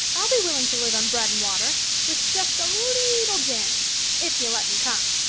i'll be willing to live on bread and water with just a leetle jam if you'll let me come.